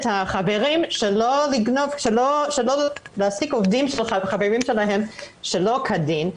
החברים שלא להעסיק עובדים של חברים שלהם שלא כדין.